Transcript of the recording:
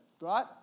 right